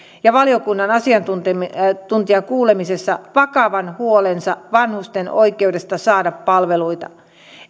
ja valiokunnan asiantuntijakuulemisessa vakavan huolensa vanhusten oikeudesta saada palveluita